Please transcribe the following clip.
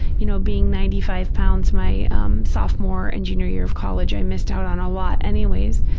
you know, being ninety five pounds my um sophomore and junior year of college, i missed out on a lot anyways.